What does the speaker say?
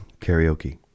karaoke